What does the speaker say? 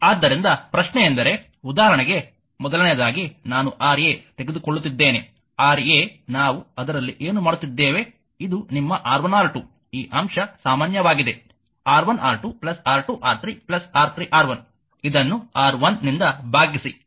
ಆದ್ದರಿಂದ ಪ್ರಶ್ನೆಯೆಂದರೆ ಉದಾಹರಣೆಗೆ ಮೊದಲನೆಯದಾಗಿ ನಾನು Ra ತೆಗೆದುಕೊಳ್ಳುತ್ತಿದ್ದೇನೆ Ra ನಾವು ಅದರಲ್ಲಿ ಏನು ಮಾಡುತ್ತಿದ್ದೇವೆ ಇದು ನಿಮ್ಮ R1R2 ಈ ಅಂಶ ಸಾಮಾನ್ಯವಾಗಿದೆ R1R2 R2R3 R3R1 ಇದನ್ನು R1 ನಿಂದ ಭಾಗಿಸಿ